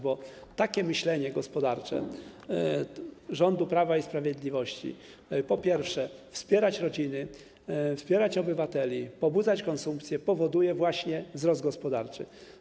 Bo takie myślenie gospodarcze rządu Prawa i Sprawiedliwości: wspierać rodziny, wspierać obywateli, pobudzać konsumpcję, powoduje właśnie wzrost gospodarczy.